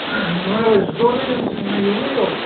یِمَن وٲتۍ زٕ ژور دۅہ یِنسٕے یِم نے یِونٕے یور